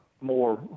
more